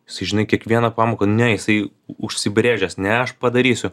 jisai žinai kiekvieną pamoką ne jisai užsibrėžęs ne aš padarysiu